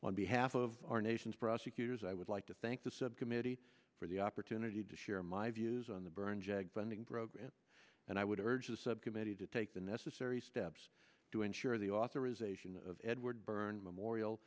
on behalf of our nation's prosecutors i would like to thank the subcommittee for the opportunity to share my views on the burn jag funding program and i would urge the subcommittee to take the necessary steps to ensure the authorisation of edward burns memorial